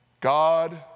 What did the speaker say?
God